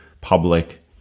public